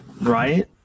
Right